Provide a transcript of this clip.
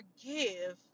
forgive